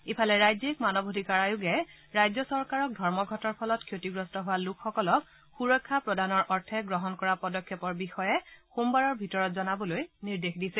ইফালে ৰাজ্যিক মানৱ অধিকাৰ আয়োগে ৰাজ্য চৰকাৰক ধৰ্মঘটৰ ফলত ক্ষতিগ্ৰস্ত হোৱা লোকসকলক সুৰক্ষা প্ৰদানৰ অৰ্থে গ্ৰহণ কৰা পদক্ষেপৰ বিষয়ে সোমবাৰৰ ভিতৰত জনাবলৈ নিৰ্দেশ দিছে